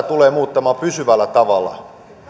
tulee muuttamaan pysyvällä tavalla